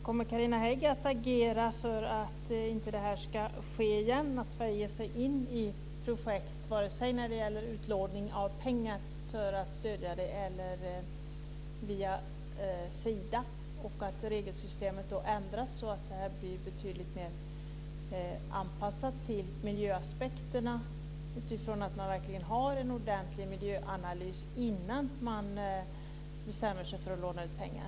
Kommer Carina Hägg att agera för att det inte ska ske igen att Sverige ger sig in i projekt vare sig det gäller pengar som lånas ut för att stödja dem eller via pengar från Sida? Och kommer Carina Hägg att verka för regelsystemet ändras så att det blir betydligt mer anpassat till miljöaspekterna utifrån en ordentlig miljöanalys innan man bestämmer sig för att låna ut pengar?